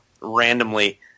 randomly